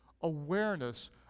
awareness